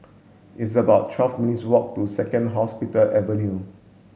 it's about twelve minutes walk to Second Hospital Avenue